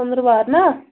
ژٕندٕروار نا